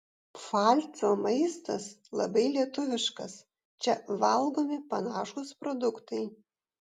pfalco maistas labai lietuviškas čia valgomi panašūs produktai